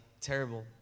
terrible